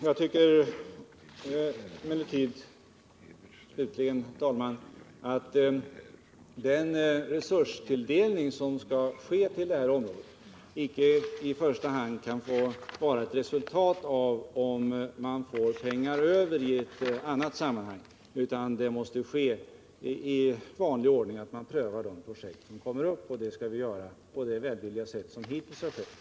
Jag tycker emellertid slutligen, herr talman, att den resurstilldelning som skall ske till detta område icke i första hand kan få vara ett resultat av om man får pengar över i ett annat sammanhang, utan man måste i vanlig ordning pröva de projekt som kommer upp, och det skall vi göra på det välvilliga sätt som hittills har tillämpats.